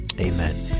Amen